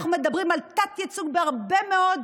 אנחנו מדברים על תת-ייצוג הרבה מאוד,